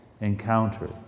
encounter